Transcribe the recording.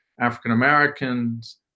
African-Americans